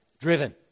driven